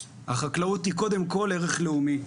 החקלאות היא קודם כל ערך לאומי.